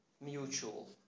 Mutual